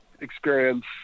experience